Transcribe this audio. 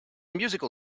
musical